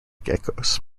geckos